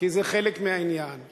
כי זה חלק מהעניין.